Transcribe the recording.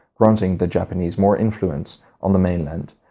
granting the japanese more influence on the mainland.